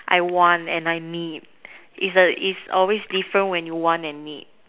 I want and I need is a is always different when you want and need